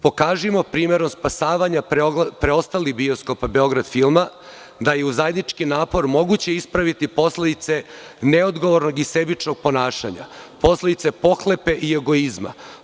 Pokažimo primerom spasavanja preostalih bioskopa „Beograd filma“ da je uz zajednički napor moguće ispraviti posledice neodgovornog i sebičnog ponašanja, posledice pohlepe i egoizma.